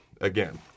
again